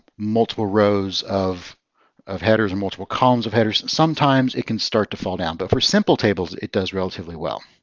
multiple rows of of headers or multiple columns of headers. sometimes it can start to fall down. but for simple tables, it does relatively well.